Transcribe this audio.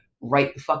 right